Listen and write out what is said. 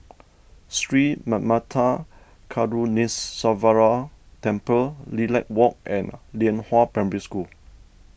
Sri Manmatha Karuneshvarar Temple Lilac Walk and Lianhua Primary School